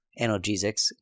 analgesics